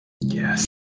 Yes